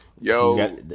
Yo